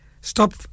Stop